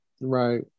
right